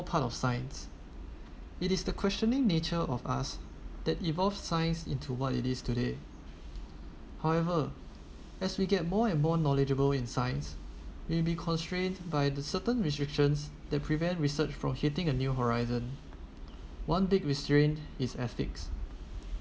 part of science it is the questioning nature of us that evolve science into what it is today however as we get more and more knowledgeable in science may be constrained by the certain restrictions that prevent research from hitting a new horizon one big restrained is ethics